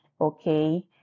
okay